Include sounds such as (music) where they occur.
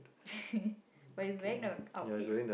(laughs) but he's wearing the outfit